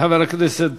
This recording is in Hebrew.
לחבר הכנסת